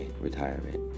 retirement